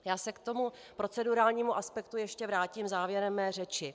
Já se k tomu procedurálnímu aspektu ještě vrátím závěrem své řeči.